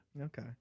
Okay